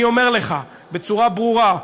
אני אומר לך בצורה ברורה: